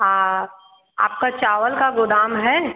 आ आपका चावल का गोदाम है